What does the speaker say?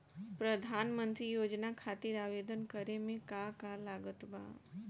प्रधानमंत्री योजना खातिर आवेदन करे मे का का लागत बा?